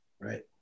Right